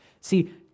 See